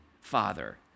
Father